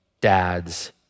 dads